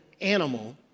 animal